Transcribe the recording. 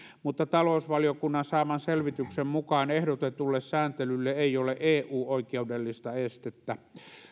mutta talousvaliokunnan saaman selvityksen mukaan ehdotetulle sääntelylle ei ole eu oikeudellista estettä